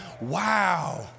wow